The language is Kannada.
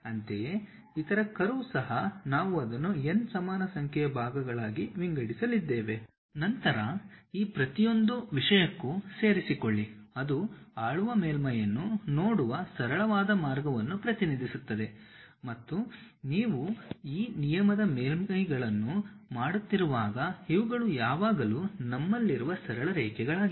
ಅಂತೆಯೇ ಇತರ ಕರ್ವ್ ಸಹ ನಾವು ಅದನ್ನು n ಸಮಾನ ಸಂಖ್ಯೆಯ ಭಾಗಗಳಾಗಿ ವಿಂಗಡಿಸಲಿದ್ದೇವೆ ನಂತರ ಈ ಪ್ರತಿಯೊಂದು ವಿಷಯಕ್ಕೂ ಸೇರಿಕೊಳ್ಳಿ ಅದು ಆಳುವ ಮೇಲ್ಮೈಯನ್ನು ನೋಡುವ ಸರಳವಾದ ಮಾರ್ಗವನ್ನು ಪ್ರತಿನಿಧಿಸುತ್ತದೆ ಮತ್ತು ನೀವು ಈ ನಿಯಮದ ಮೇಲ್ಮೈಗಳನ್ನು ಮಾಡುತ್ತಿರುವಾಗ ಇವುಗಳು ಯಾವಾಗಲೂ ನಮ್ಮಲ್ಲಿರುವ ಸರಳ ರೇಖೆಗಳಾಗಿವೆ